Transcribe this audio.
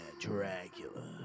Dracula